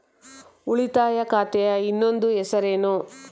ಉಳಿತಾಯ ಖಾತೆಯ ಇನ್ನೊಂದು ಹೆಸರೇನು?